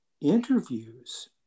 interviews